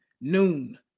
noon